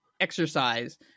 exercise